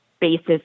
basis